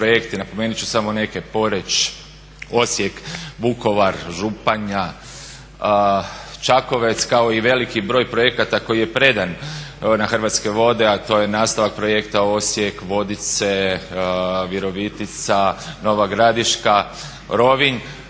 napomenut ću samo neke Poreč, Osijek, Vukovar, Županja, Čakovec kao i veliki broj projekata koji je predan na Hrvatske vode a to je nastavak projekta Osijek, Vodice, Virovitica, Nova Gradiška, Rovinj,